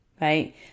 right